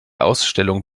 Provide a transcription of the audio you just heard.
ausstellung